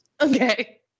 Okay